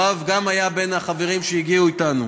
גם יואב היה בין החברים שהגיעו איתנו,